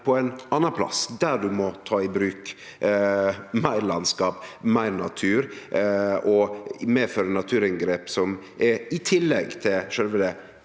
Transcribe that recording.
på ein annan plass, der ein må ta i bruk meir landskap, meir natur, og det medfører naturinngrep som kjem i tillegg til sjølve det